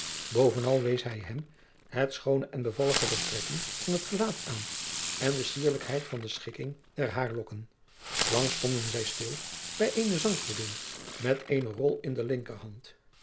bovenal wees hij hein het schoone en bevallige der trekken van het gelaat aan en de sierlijkheid van de schikking der haarlokken lang stonden zij stil bij eene zanggodin met eene rol in de linkerhand